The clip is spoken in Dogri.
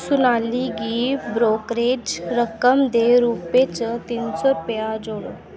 सुनाली गी ब्रोकरेज रकम दे रूपै च तिन्न सौ रपेआ जोड़ो